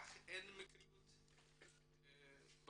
אך אין מקריות בעולמנו.